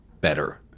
better